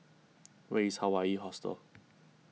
where is Hawaii Hostel